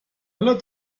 lot